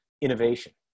innovation